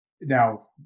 now